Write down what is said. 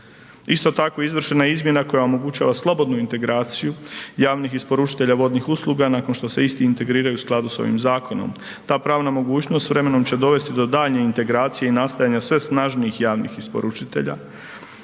Isto tako izvršena je izmjena koja omogućava slobodnu integraciju javnih isporučitelja vodnih usluga nakon što se isti integriraju u skladu s ovim zakonom. Ta pravna mogućnost s vremenom će dovesti do daljnje integracije i nastajanja sve snažnijih javnih isporučitelja